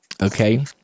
okay